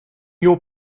your